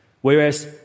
Whereas